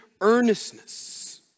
earnestness